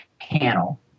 panel